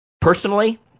Personally